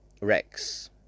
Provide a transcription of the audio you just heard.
Rex